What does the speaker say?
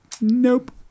nope